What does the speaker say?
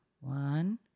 one